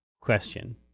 question